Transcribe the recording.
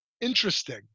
Interesting